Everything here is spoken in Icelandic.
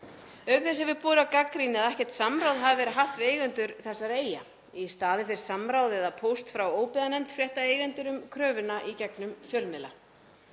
Auk þess hefur borið á gagnrýni að ekkert samráð hafi verið haft við eigendur þessara eyja. Í staðinn fyrir samráð eða póst frá óbyggðanefnd frétta eigendur af kröfunni í gegnum fjölmiðla.